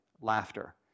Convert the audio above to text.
Laughter